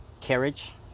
carriage